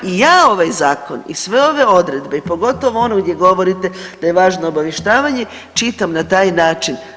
I ja ovaj zakon i sve ove odredbe i pogotovo onu gdje govorite da je važno obavještavanje čitam na taj način.